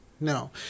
no